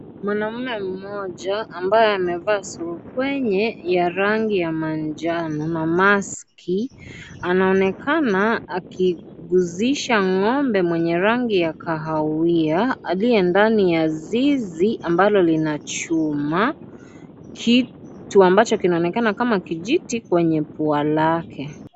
Mwanaume mmoja ambaye amevaa surupwenye ya rangi ya manjano na maski ,anaonekana akihusisha ng'ombe mwenye rangi ya kahawia, aliye ndani ya zizi ambalo lina chuma kitu ambacho kinaonekana kama kijiti kwenye pua lake.